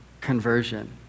conversion